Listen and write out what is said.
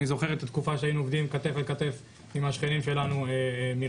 אני זוכר את התקופה שהיינו עובדים כתף אל כתף עם השכנים שלנו מרפיח,